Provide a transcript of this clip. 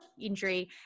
injury